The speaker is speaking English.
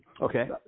Okay